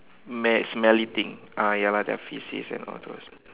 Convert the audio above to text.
mess smelly thing ah ya lah their feces and all those